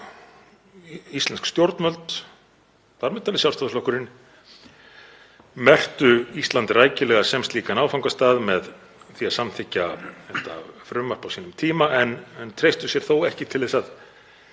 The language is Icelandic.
Íslensk stjórnvöld, þar með talið Sjálfstæðisflokkurinn, merktu Ísland rækilega sem slíkan áfangastað með því að samþykkja þetta frumvarp á sínum tíma en treysta sér þó ekki til að